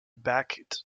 backed